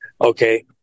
Okay